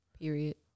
Period